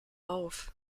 auf